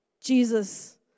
Jesus